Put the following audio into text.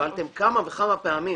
קיבלתם כמה וכמה פעמים